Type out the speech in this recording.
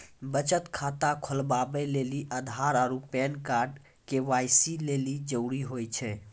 बचत खाता खोलबाबै लेली आधार आरू पैन कार्ड के.वाइ.सी लेली जरूरी होय छै